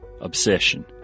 obsession